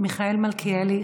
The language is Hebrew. מיכאל מלכיאלי,